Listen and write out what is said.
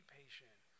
patient